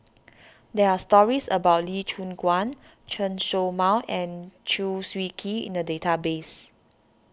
there are stories about Lee Choon Guan Chen Show Mao and Chew Swee Kee in the database